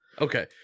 okay